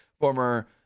former